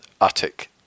attic